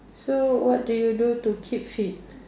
so what do you do to keep fit